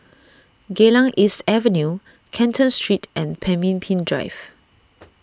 Geylang East Avenue Canton Street and Pemimpin Drive